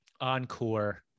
encore